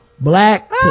black